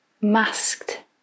masked